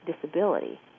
disability